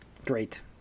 great